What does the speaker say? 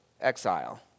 exile